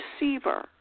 receiver